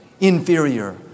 inferior